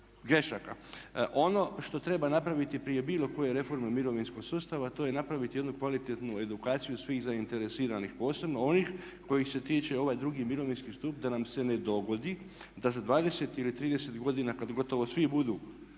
grešaka. Ono što treba napraviti prije bilo koje reforme mirovinskog sustava to je napraviti jednu kvalitetnu edukaciju svih zainteresiranih posebno onih kojih se tiče ovaj drugi mirovinski stup da nam se ne dogodi da za 20 ili 30 godina kada gotovo svi budu